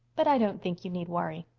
but i don't think you need worry.